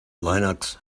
linux